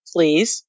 Please